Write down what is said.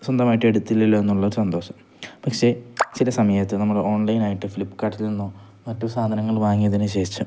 സ്വന്തമായിട്ട് എടുത്തില്ലല്ലോ എന്നുള്ളൊരു സന്തോഷം പക്ഷെ ചില സമയത്ത് നമ്മള് ഓൺലൈനായിട്ട് ഫ്ലിപ്കാർട്ടിൽ നിന്നോ മറ്റോ സാധനങ്ങൾ വാങ്ങിയതിനു ശേഷം